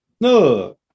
no